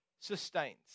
sustains